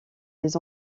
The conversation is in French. les